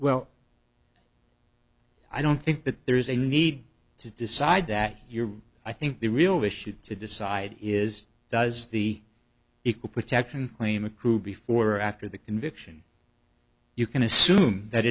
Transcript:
ell i don't think that there is a need to decide that you're i think the real issue to decide is does the equal protection claim accrue before or after the conviction you can assume that